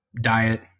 diet